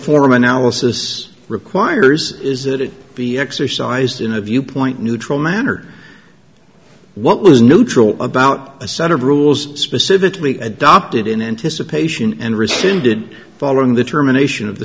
forum analysis requires is that it be exercised in a viewpoint neutral manner what was neutral about a set of rules specifically adopted in anticipation and rescinded following the termination of the